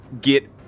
get